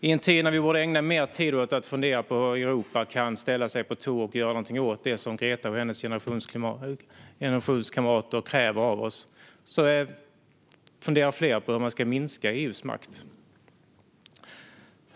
I en tid när vi borde ägna mer tid åt att fundera på hur Europa kan ställa sig på tå och göra någonting åt det som Greta och hennes generationskamrater kräver av oss funderar fler på hur man ska minska EU:s makt.